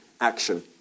action